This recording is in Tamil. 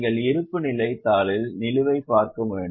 நீங்கள் இருப்புநிலை தாளில் நிலுவை பார்க்க வேண்டும்